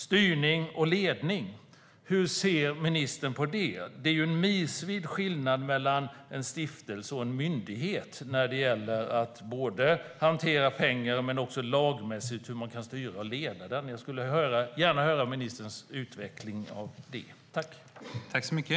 Styrning och ledning - hur ser ministern på det? Det är ju en milsvid skillnad mellan en stiftelse och en myndighet när det gäller att hantera pengar och hur man kan styra och leda den lagmässigt. Jag skulle gärna höra ministern utveckla det.